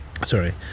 Sorry